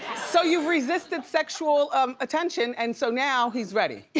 so you've resisted sexual um attention and so now he's ready? yeah!